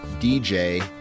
DJ